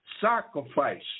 sacrifice